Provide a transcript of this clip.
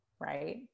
Right